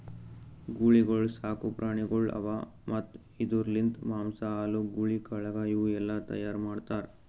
ಗೂಳಿಗೊಳ್ ಸಾಕು ಪ್ರಾಣಿಗೊಳ್ ಅವಾ ಮತ್ತ್ ಇದುರ್ ಲಿಂತ್ ಮಾಂಸ, ಹಾಲು, ಗೂಳಿ ಕಾಳಗ ಇವು ಎಲ್ಲಾ ತೈಯಾರ್ ಮಾಡ್ತಾರ್